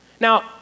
Now